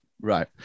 Right